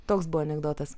toks buvo anekdotas